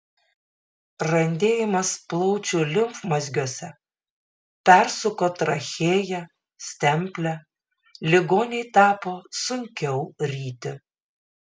randėjimas plaučių limfmazgiuose persuko trachėją stemplę ligonei tapo sunkiau ryti